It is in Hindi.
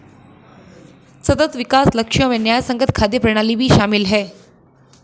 सतत विकास लक्ष्यों में न्यायसंगत खाद्य प्रणाली भी शामिल है